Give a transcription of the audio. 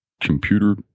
computer